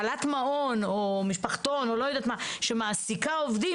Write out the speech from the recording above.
בעלת מעון או משפחתון שמעסיקה עובדים,